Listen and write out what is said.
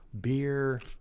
Beer